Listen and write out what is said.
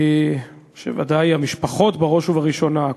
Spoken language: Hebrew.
בוודאי של המשפחות בראש ובראשונה,